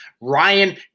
Ryan